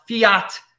fiat